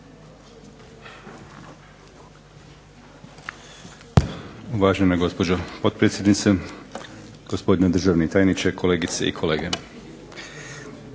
Uvažena gospođo potpredsjednice, gospodine državni tajniče, kolegice i kolege.